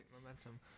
Momentum